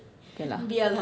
okay lah